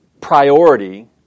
priority